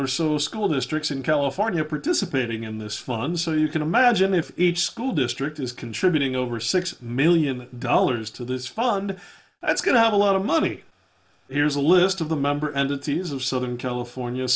or so school districts in california participating in this fund so you can imagine if each school district is contributing over six million dollars to this fund that's going to have a lot of money here's a list of the member and it sees of southern california